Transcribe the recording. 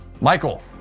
Michael